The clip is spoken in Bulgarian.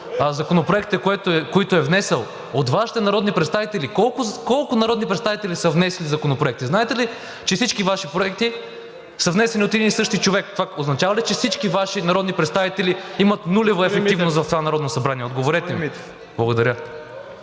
по законопроектите, които е внесъл. От Вашите народни представители колко народни представители са внесли законопроекти? Знаете ли, че всички Ваши проекти са внесени от един и същи човек? Това означава ли, че всички Ваши народни представители имат нулева ефективност в това Народно събрание? Отговорете ми. Благодаря.